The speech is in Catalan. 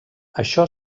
això